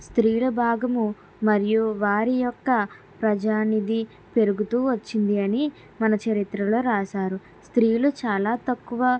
స్త్రీల భాగం మరియు వారి యొక్క ప్రజానిది పెరుగుతూ వచ్చిందని మన చరిత్రలో రాశారు స్త్రీలు చాలా తక్కువ